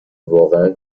واقعا